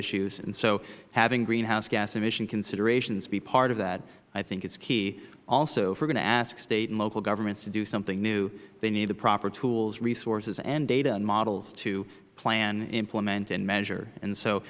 issues so having greenhouse gas emission considerations be part of that i think is key also if we are going to ask state and local governments to do something new they need the proper tools resources and data and models to plan implement and measure